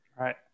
Right